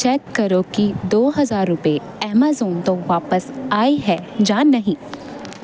check ਕਰੋ ਕਿ ਦੋ ਹਜ਼ਾਰ ਰੁਪਏ ਐਮਾਜ਼ਾਨ ਤੋਂ ਵਾਪਸ ਆਏ ਹੈ ਜਾਂ ਨਹੀਂ